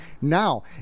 Now